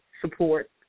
support